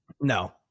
No